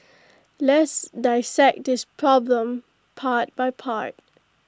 let's dissect this problem part by part